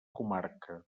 comarca